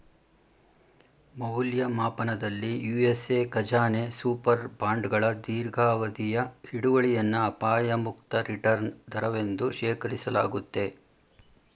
ಮೌಲ್ಯಮಾಪನದಲ್ಲಿ ಯು.ಎಸ್.ಎ ಖಜಾನೆ ಸೂಪರ್ ಬಾಂಡ್ಗಳ ದೀರ್ಘಾವಧಿಯ ಹಿಡುವಳಿಯನ್ನ ಅಪಾಯ ಮುಕ್ತ ರಿಟರ್ನ್ ದರವೆಂದು ಶೇಖರಿಸಲಾಗುತ್ತೆ